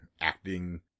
acting